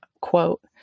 Quote